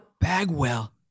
Bagwell